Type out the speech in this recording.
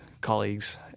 colleagues